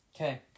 Okay